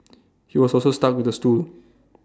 he was also stuck with A stool